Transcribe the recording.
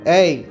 Hey